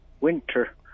winter